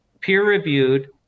peer-reviewed